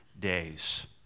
days